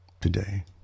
today